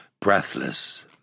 breathless